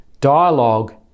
dialogue